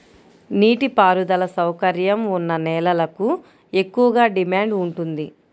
నీటి పారుదల సౌకర్యం ఉన్న నేలలకు ఎక్కువగా డిమాండ్ ఉంటుంది